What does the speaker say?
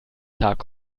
tag